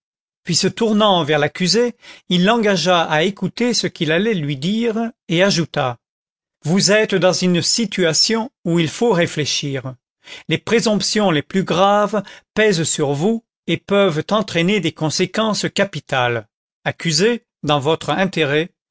puis se tournant vers l'accusé il l'engagea à écouter ce qu'il allait lui dire et ajouta vous êtes dans une situation où il faut réfléchir les présomptions les plus graves pèsent sur vous et peuvent entraîner des conséquences capitales accusé dans votre intérêt